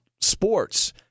sports